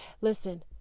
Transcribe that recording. Listen